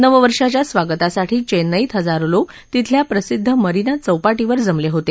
नववर्षांच्या स्वागतासाठी चेन्नईत हजारो लोक तिथल्या प्रसिद्ध मरिना चौपाटीवर जमले होते